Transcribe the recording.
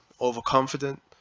overconfident